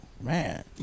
man